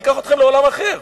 אני אקח אתכם לעולם אחר.